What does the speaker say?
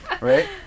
Right